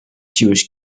jewish